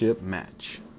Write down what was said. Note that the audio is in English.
match